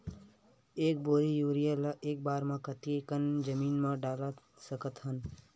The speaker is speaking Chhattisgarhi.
एक बोरी यूरिया ल एक बार म कते कन जमीन म डाल सकत हन?